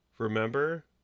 remember